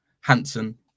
hansen